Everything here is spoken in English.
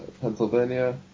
Pennsylvania